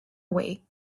away